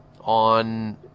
on